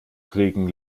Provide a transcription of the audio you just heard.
kriegen